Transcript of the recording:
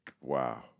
wow